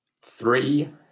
Three